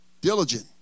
Diligent